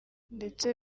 ndetse